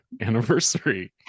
anniversary